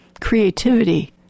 creativity